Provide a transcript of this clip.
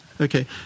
Okay